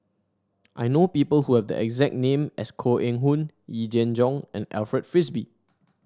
I know people who have the exact name as Koh Eng Hoon Yee Jenn Jong and Alfred Frisby